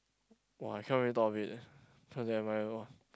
!wah! I cannot really thought of it eh admire lor